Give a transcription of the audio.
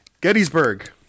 Gettysburg